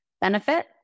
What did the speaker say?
benefit